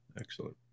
Excellent